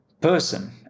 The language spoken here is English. person